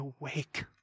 awake